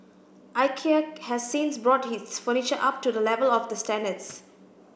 Ikea has since brought its furniture up to the level of the standards